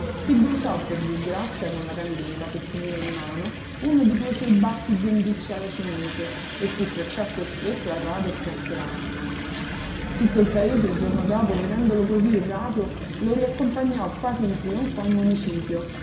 si bruciò per disgrazia con la candela che teneva in mano uno di quei suoi baffi biondicci alla cinese e fu perciò costretto a radersi anche l'altro tutto il paese il giorno dopo vedendolo cosí raso lo riaccompagnò quasi in trionfo al municipio